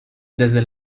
desde